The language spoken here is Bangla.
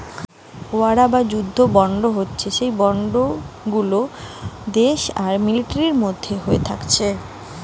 ওয়ার বা যুদ্ধ বন্ড হতিছে সেই বন্ড গুলা যেটি দেশ আর মিলিটারির মধ্যে হয়ে থাকতিছে